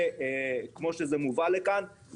כמו שזה מובא לכאן,